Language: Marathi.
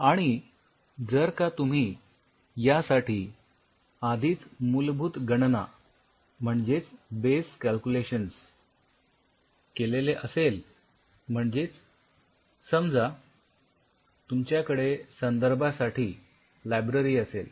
आणि जर का तुम्ही यासाठी आधीच मूलभूत गणना म्हणजेच बेस कॅल्क्युलेशन्स केलेले असेल म्हणजेच समजा तुमच्याकडे संदर्भासाठी लायब्ररी असेल